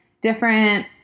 different